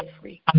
free